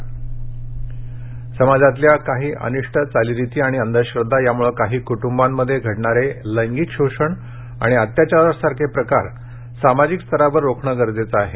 चंद्रपूर मागणी समाजातल्या काही अनिष्ट चालीरीती आणि अंधश्रद्धा यामुळे काही कुटुंबामध्ये घडणारे लैंगिक शोषण आणि अत्याचारा सारखे प्रकार सामाजिक स्तरावर रोखणे गरजेचे आहे